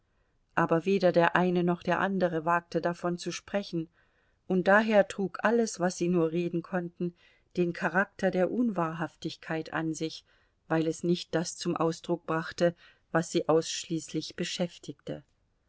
aber weder der eine noch der andere wagte davon zu sprechen und daher trug alles was sie nur reden konnten den charakter der unwahrhaftigkeit an sich weil es nicht das zum ausdruck brachte was sie ausschließlich beschäftigte